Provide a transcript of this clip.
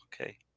okay